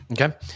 Okay